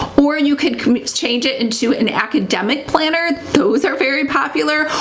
or and you can exchange it into an academic planner. those are very popular.